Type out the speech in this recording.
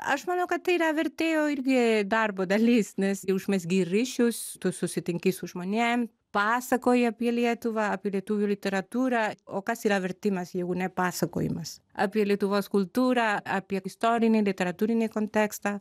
aš manau kad tai yra vertėjo irgi darbo dalis nes gi užmezgi ir ryšius tu susitinki su žmonėm pasakoji apie lietuvą apie lietuvių literatūrą o kas yra vertimas jeigu ne pasakojimas apie lietuvos kultūrą apie istorinį literatūrinį kontekstą